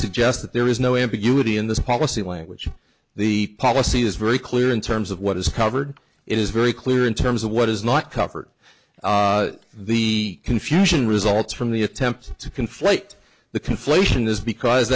suggest that there is no ambiguity in this policy language the policy is very clear in terms of what is covered it is very clear in terms of what is not covered the confusion results from the attempts to conflate the